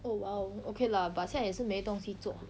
oh !wow! okay lah but 现在也是没东西做